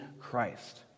Christ